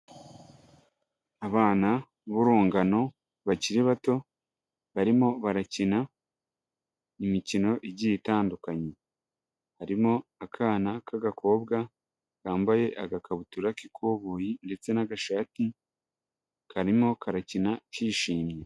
Abana b'urungano bakiri bato barimo barakina imikino igiye itandukanye, harimo akana k'agakobwa kambaye agakabutura k'ikoboyi ndetse n'agashati, karimo karakina kishimye.